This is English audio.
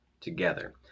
together